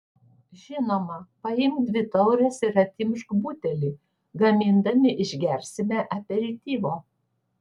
žinoma paimk dvi taures ir atkimšk butelį gamindami išgersime aperityvo